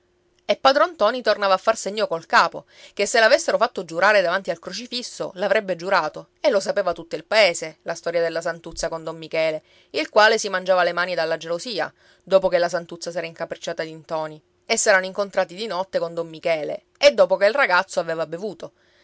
e padron ntoni tornava a far segno col capo che se l'avessero fatto giurare davanti al crocifisso l'avrebbe giurato e lo sapeva tutto il paese la storia della santuzza con don michele il quale si mangiava le mani dalla gelosia dopo che la santuzza s'era incapricciata di ntoni e s'erano incontrati di notte con don michele e dopo che il ragazzo aveva bevuto